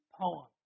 poems